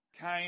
Cain